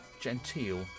genteel